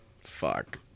fuck